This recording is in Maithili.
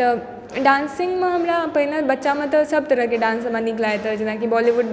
तऽ डांसिंग मे हमरा पहिने ऽ बच्चा मऽ तऽ सब तरह के डांस हमरा नीक लागैत रहै जेनाकि बॉलीवुड